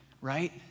right